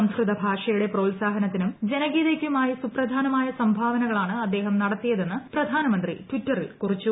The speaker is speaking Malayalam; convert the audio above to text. സംസ്കൃത ഭാഷയുടെ പ്രോത്സാഹനത്തിനും ജനകീയതയ്ക്കുമായി സുപ്രധാനമായ സംഭാവനകളാണ് അദ്ദേഹം നടത്തിയതെന്ന് പ്രധാനമന്ത്രി ടിറ്ററിൽ കുറിച്ചു